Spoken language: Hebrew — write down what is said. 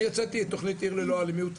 אני הוצאתי את תכנית 'עיר ללא אלימות'